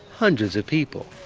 hundreds of people